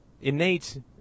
innate